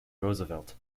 roosevelt